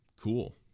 cool